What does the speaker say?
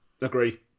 Agree